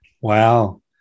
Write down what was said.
wow